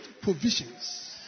provisions